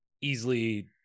easily